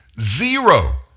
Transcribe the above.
zero